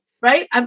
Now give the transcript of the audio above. Right